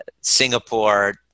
Singapore